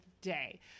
day